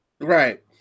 Right